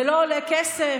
זה לא עולה כסף,